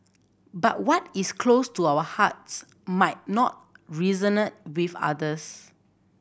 but what is close to our hearts might not resonate with others